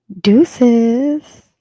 Deuces